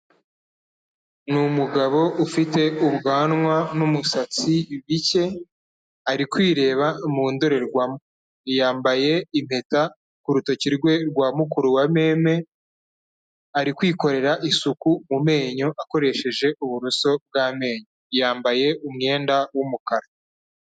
Ni umugabo ufite ubwanwa n'umusatsi bike, ari kwireba mu ndorerwamo. Yambaye impeta ku rutoki rwe rwa mukuru wa mame, ari kwikorera isuku mu menyo akoresheje uburoso bw'amenyo. Yambaye umwenda w'umukara.